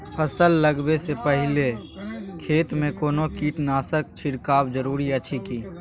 फसल लगबै से पहिने खेत मे कोनो कीटनासक छिरकाव जरूरी अछि की?